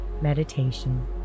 Meditation